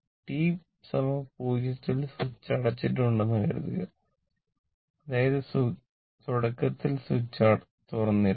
t 0 ൽ switch അടച്ചിട്ടുണ്ടെന്ന് കരുതുക അതായത് തുടക്കത്തിൽ സ്വിച്ച് തുറന്നിരുന്നു